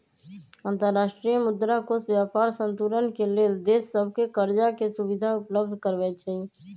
अंतर्राष्ट्रीय मुद्रा कोष व्यापार संतुलन के लेल देश सभके करजाके सुभिधा उपलब्ध करबै छइ